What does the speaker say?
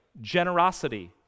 generosity